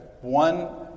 one